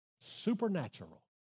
supernatural